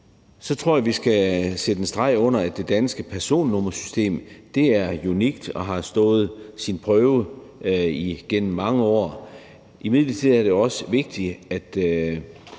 Så tror jeg, at vi skal sætte en streg under, at det danske personnummersystem er unikt og har stået sin prøve igennem mange år. Imidlertid er det også vigtigt, at